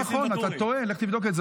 לא נכון, אתה טועה, לך תבדוק את זה.